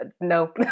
No